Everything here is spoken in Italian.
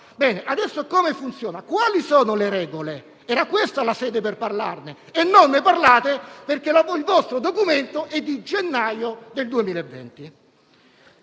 Adesso come funziona? Quali sono le regole? Era questa la sede per parlarne e non ne parlate perché il vostro documento è di gennaio del 2020.